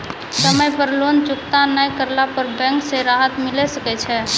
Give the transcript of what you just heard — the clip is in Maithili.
समय पर लोन चुकता नैय करला पर बैंक से राहत मिले सकय छै?